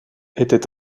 était